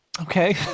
Okay